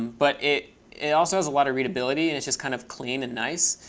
but it it also has a lot of readability. and it's just kind of clean and nice.